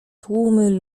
tłumy